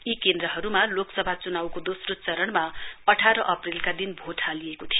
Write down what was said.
यी केन्द्रहरूमा लोकसभा च्नाउको दोस्रो चरणमा अठार अप्रेलका दिन भोट हालिएको थियो